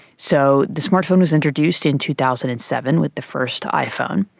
so the smart phone was introduced in two thousand and seven with the first iphone,